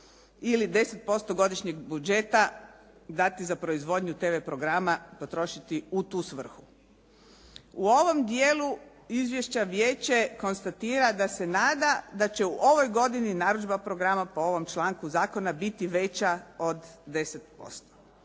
ili 10% godišnjeg budžeta dati za proizvodnju tv programa, potrošiti u tu svrhu. U ovom dijelu izvješća vijeće konstatira da se nada da će u ovoj godini narudžba programa po ovom članku zakona biti veća od 10%.